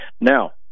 now